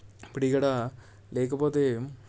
ఇప్పుడు ఇక్కడ లేకపోతే